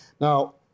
Now